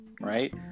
right